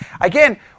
again